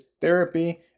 therapy